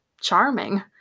charming